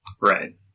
Right